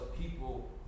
people